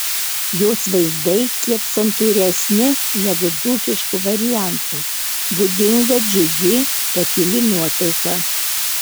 jos vaizdai kiek santūresni negu dzūkiškų variantų būdinga džiugi pakili nuotaika